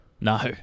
No